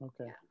Okay